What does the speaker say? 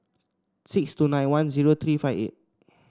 six two nine one zero three five eight